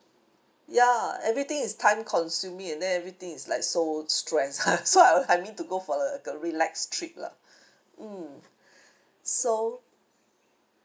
ya everything is time consuming and then everything is like so stress so I I mean to go for uh a relax trip lah mm so